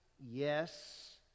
Yes